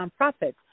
nonprofits